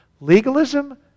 Legalism